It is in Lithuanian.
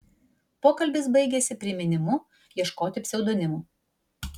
pokalbis baigėsi priminimu ieškoti pseudonimų